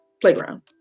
playground